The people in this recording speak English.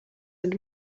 and